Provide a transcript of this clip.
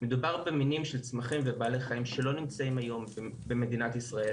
מדובר במינים של צמחים ובעלי חיים שלא נמצאים היום במדינת ישראל